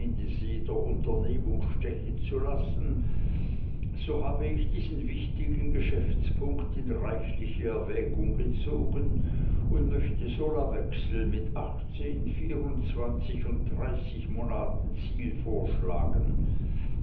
der unternehmung stechen zu lassen so habe ich diesen wichtigen geschäftspunkt in reichliche erwägung gezogen und möchte solawechsel mit achtzehn vierundzwanzig und dreißig monaten ziel vorschlagen